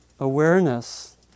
Awareness